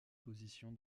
position